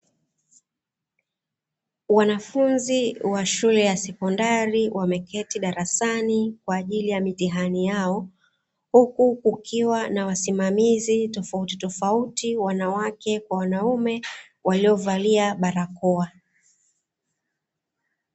Wanafunzi wa shule ya sekondari wameketi darasani kwa ajili ya mitihani yao, huku kukiwa na wasimamizi tofautitofauti, wanawake kwa wanaume, waliovalia barakoa.